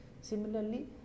Similarly